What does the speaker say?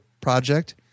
project